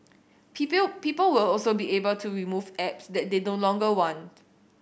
people will also be able to remove apps that they no longer want